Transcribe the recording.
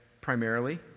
primarily